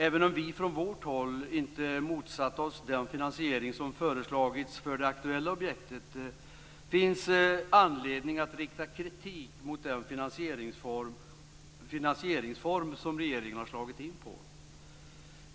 Även om vi moderater inte motsatt oss den finansiering som föreslagits för det aktuella objektet finns anledning att rikta kritik mot den finansieringsform regeringen valt.